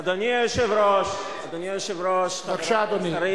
אדוני היושב-ראש, חברי